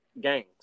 gangs